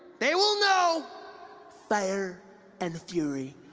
they will know fire and fury